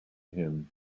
him